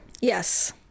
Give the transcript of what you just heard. Yes